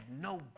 no